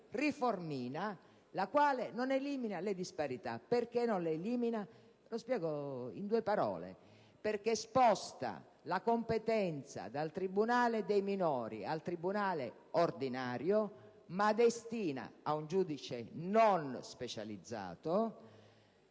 riformina che non elimina le disparità. E perché non le elimina? Lo spiego in due parole. Perché sposta la competenza dal tribunale dei minori al tribunale ordinario, destinandola ad un giudice non specializzato